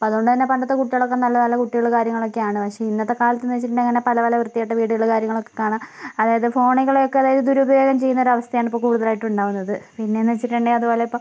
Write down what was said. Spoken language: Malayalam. ഇപ്പോൾ അതുകൊണ്ട് തന്നെ പണ്ടത്തെ കുടികളൊക്കെ നല്ല നല്ല കുട്ടികളും കാര്യങ്ങളൊക്കെ ആണ് പക്ഷേ ഇന്നത്തെ കാലത്തെന്ന് വെച്ചിട്ടുണ്ടെങ്കിൽ തന്നെ പല പല വൃത്തികെട്ട വീഡിയോകളും കാര്യങ്ങളൊക്കെ കാണുക അതായത് ഫോണിൽ കളിയൊക്കെ അതായത് ദുരുപയോഗം ചെയ്യുന്ന ഒരവസ്ഥയാണ് ഇപ്പോൾ കൂടുതലായിട്ടും ഉണ്ടാവുന്നത് പിന്നെയെന്ന് വെച്ചിട്ടുണ്ടെങ്കിൽ അതുപോലെ ഇപ്പോൾ